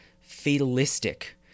fatalistic